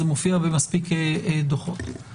זה מופיע במספיק חוקים.